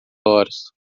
horas